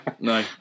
no